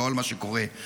לא על מה שקורה עכשיו.